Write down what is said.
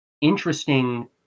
interesting